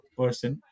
person